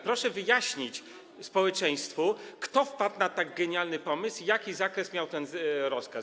Proszę wyjaśnić społeczeństwu, kto wpadł na tak genialny pomysł i jaki zakres miał ten rozkaz.